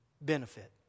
benefit